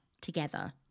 together